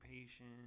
patient